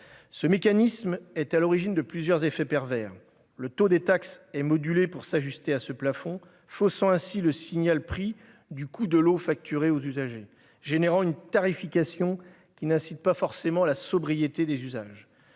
Ce mécanisme est à l'origine de plusieurs effets pervers : le taux des taxes est modulé pour s'ajuster à ce plafond, faussant ainsi le signal-prix du coût de l'eau facturé aux usagers et suscitant une tarification qui n'incite pas forcément à la sobriété des usages.